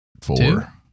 four